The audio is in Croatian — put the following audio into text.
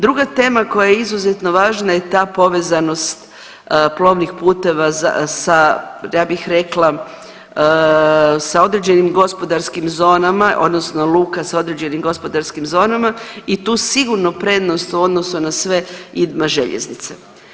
Druga tema koja je izuzetno važna je ta povezanost plovnih puteva sa ja bih rekla sa određenim gospodarskim zonama, odnosno luka sa određenim gospodarskim zonama i tu sigurno prednost u odnosu na sve ima željeznice.